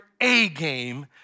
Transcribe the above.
A-game